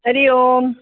Hari Om